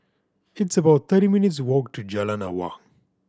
it's about thirty minutes' walk to Jalan Awang